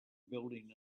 building